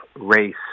race